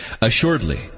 assuredly